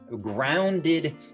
grounded